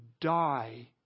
die